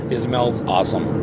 it smells awesome.